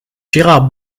gérard